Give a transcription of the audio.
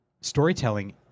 storytelling